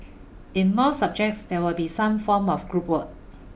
in most subjects there will be some form of group work